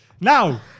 Now